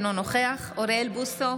אינו נוכח אוריאל בוסו,